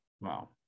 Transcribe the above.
wow